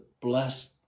bless